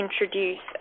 introduce